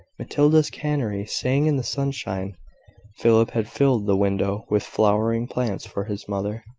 matilda's canary sang in the sunshine philip had filled the window with flowering plants for his mother,